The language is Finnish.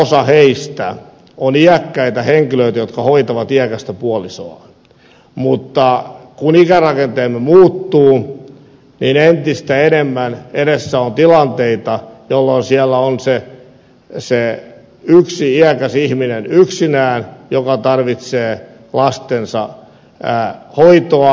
valtaosa heistä on iäkkäitä henkilöitä jotka hoitavat iäkästä puolisoaan mutta kun ikärakenteemme muuttuu niin entistä enemmän edessä on tilanteita jolloin siellä on se yksi iäkäs ihminen yksinään joka tarvitsee lastensa hoitoa